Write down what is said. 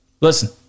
Listen